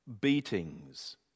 beatings